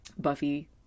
Buffy